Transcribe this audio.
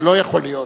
זה לא יכול להיות.